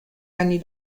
anni